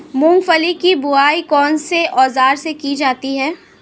मूंगफली की बुआई कौनसे औज़ार से की जाती है?